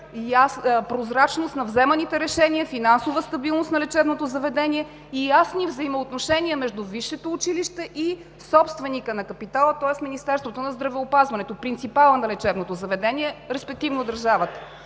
прозрачност на вземаните решения, финансова стабилност на лечебното заведение и ясни взаимоотношения между висшето училище и собственика на капитала, тоест Министерството на здравеопазването – принципала на лечебното заведение, респективно държавата.